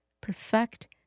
perfect